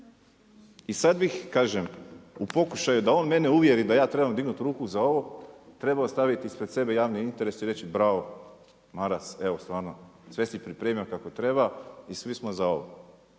I sada bih, kažem u pokušaju da on mene uvjeri da ja trebam dignuti ruku za ovo trebao staviti ispred sebe javni interes i reći bravo, Maras, evo stvarno, sve si pripremio kako treba i svi smo za ovo.